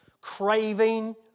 craving